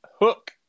Hook